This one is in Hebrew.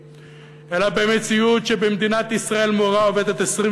אלא במציאות שבמדינת ישראל מורה עובדת 25